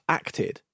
acted